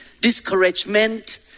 discouragement